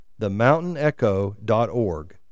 TheMountainEcho.org